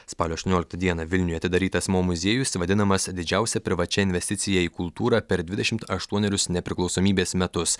spalio aštuonioliktą dieną vilniuje atidarytas mo muziejus vadinamas didžiausia privačia investicija į kultūrą per dvidešimt aštuonerius nepriklausomybės metus